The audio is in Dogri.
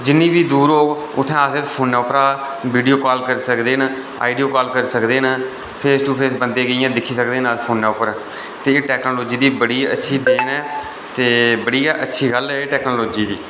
जिन्नी बी दूर होग उत्थै अस फोना परा वीडियो कॉल करी सकदे न आडियो कॉल करी सकदे न फेस टू फेस बंदे गी अस दिक्खी सकदे न अस फोना पर ते एह् टेक्नोलोजी दी बड़ी अच्छी देन ऐ ते बड़ी गै अच्छी गल्ल ऐ टेक्नोलोजी दी